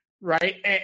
Right